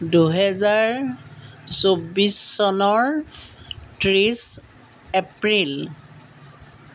দুহেজাৰ চৌব্বিছ চনৰ ত্ৰিছ এপ্ৰিল